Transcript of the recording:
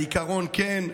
העיקרון כן,